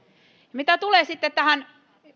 mitä tulee sitten tähän